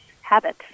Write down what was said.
habit